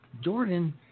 Jordan